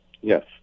Yes